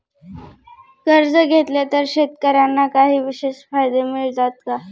कर्ज घेतले तर शेतकऱ्यांना काही विशेष फायदे मिळतात का?